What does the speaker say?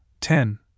ten